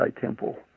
Temple